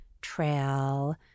trail